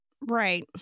right